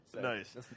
Nice